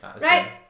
Right